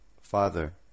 Father